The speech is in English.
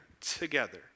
together